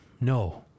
no